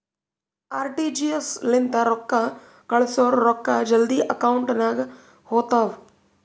RTGS ಲಿಂತ ರೊಕ್ಕಾ ಕಳ್ಸುರ್ ರೊಕ್ಕಾ ಜಲ್ದಿ ಅಕೌಂಟ್ ನಾಗ್ ಹೋತಾವ್